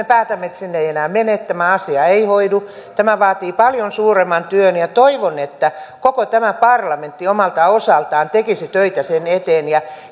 päätämme että sinne ei enää mene tämä asia ei hoidu tämä vaatii paljon suuremman työn toivon että koko tämä parlamentti omalta osaltaan tekisi töitä sen eteen ja